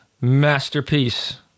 masterpiece